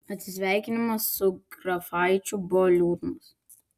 atsisveikinimas su grafaičiu buvo liūdnas